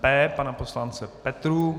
P pana poslance Petrů.